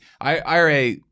IRA